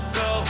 go